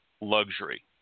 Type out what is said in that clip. luxury